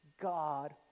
God